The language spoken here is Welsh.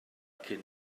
cyn